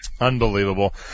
Unbelievable